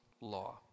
law